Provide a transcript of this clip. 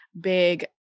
big